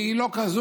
היא לא כזאת,